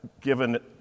given